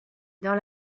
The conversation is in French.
dans